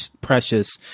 precious